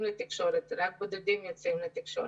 לתקשורת אלא רק בודדים יוצאים לתקשורת.